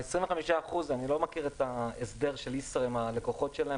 ה-25% - אני לא מכיר את ההסדר של ישראייר עם הלקוחות שלה.